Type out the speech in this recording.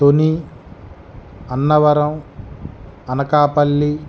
Tuni Annavaram Anakapalli